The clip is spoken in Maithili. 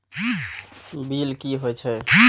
बील की हौए छै?